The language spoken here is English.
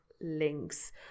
links